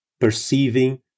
perceiving